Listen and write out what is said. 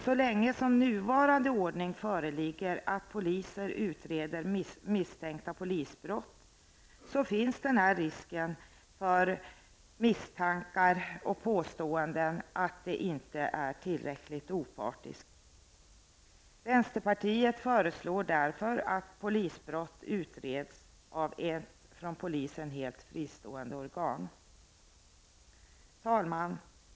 Så länge som nuvarande ordning föreligger, att poliser utreder misstänkta polisbrott, finns risken för misstankar och påståenden om att man inte är tillräckligt opartisk. Vänsterpartiet föreslår därför att polisbrott utreds av ett från polisen helt fristående organ. Fru talman!